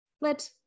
let